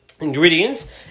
ingredients